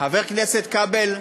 חבר הכנסת כבל,